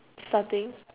starting